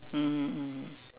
mm mm